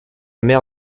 mer